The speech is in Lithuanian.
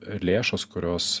lėšos kurios